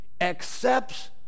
accepts